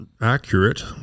accurate